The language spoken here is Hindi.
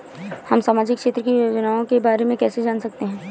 हम सामाजिक क्षेत्र की योजनाओं के बारे में कैसे जान सकते हैं?